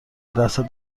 دستت